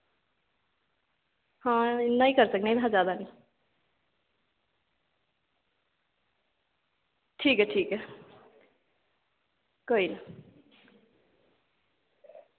हां इन्ना गै करी सकने एह्दे कशा जैदा नेईं ठीक ऐ ठीक ऐ कोई निं